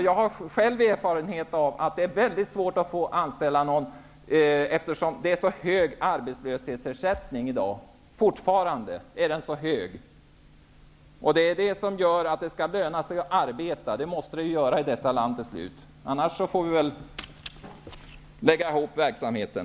Jag har själv erfarenhet av att det är väldigt svårt att anställa på grund av att arbetslöshetsersättningen fortfarande är så hög. Det är det som gör att det skall löna sig att arbeta. Det måste det göra i detta land till slut, annars får vi lägga ner verksamheten.